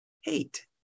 hate